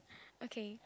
okay